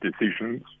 decisions